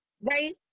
right